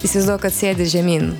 įsivaizduok kad sėdi žemyn